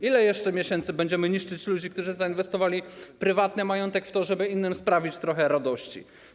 Ile jeszcze miesięcy będziemy niszczyć ludzi, którzy zainwestowali prywatny majątek, żeby innym sprawić trochę radości?